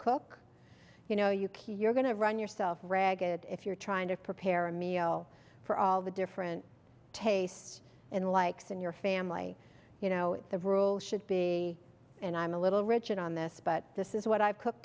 cook you know you key you're going to run yourself ragged if you're trying to prepare a meal for all the different tastes and likes in your family you know the rule should be and i'm a little rigid on this but this is what i've cook